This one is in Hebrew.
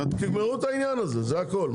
תגמרו את העניין הזה, זה הכול.